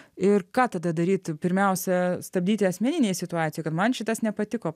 ir ką tada daryti pirmiausia stabdyti asmeninėj situacijoj kad man šitas nepatiko